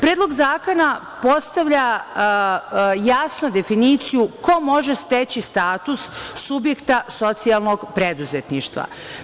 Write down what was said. Predlog zakona postavlja jasno definiciju ko može steći status subjekta socijalnog preduzetništva.